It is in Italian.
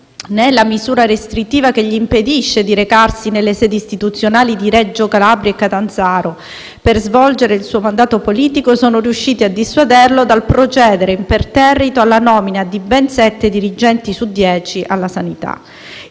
né la misura restrittiva che gli impedisce di recarsi nelle sedi istituzionali di Reggio Calabria e Catanzaro per svolgere il suo mandato politico, sono riusciti a dissuaderlo dal procedere imperterrito alla nomina di ben sette dirigenti su dieci alla sanità.